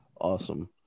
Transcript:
Awesome